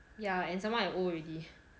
yeah and some more I old already